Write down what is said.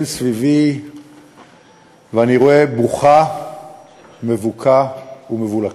סביבי ואני רואה בוקה ומבוקה ומבולקה.